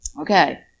Okay